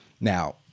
Now